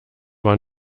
war